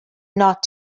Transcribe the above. not